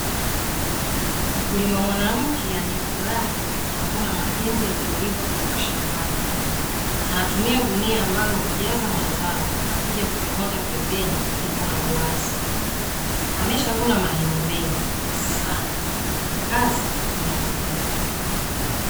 Mkulima mwanamke aliyefurahi anavuna mahindi yaliyoiva kutoka shambani, anatumia gunia ambalo hujaza mazao na kuja kuyamwaga pembeni palipo na uwazi, ameshavuna mahindi mengi sana na kazi inaendelea.